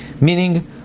Meaning